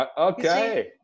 Okay